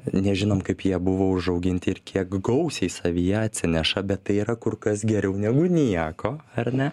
nežinom kaip jie buvo užauginti ir kiek gausiai savyje atsineša bet tai yra kur kas geriau negu nieko ar ne